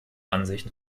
ansicht